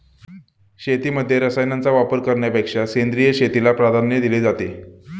शेतीमध्ये रसायनांचा वापर करण्यापेक्षा सेंद्रिय शेतीला प्राधान्य दिले जाते